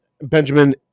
Benjamin